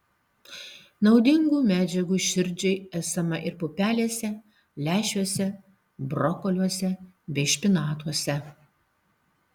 naudingų medžiagų širdžiai esama ir pupelėse lęšiuose brokoliuose bei špinatuose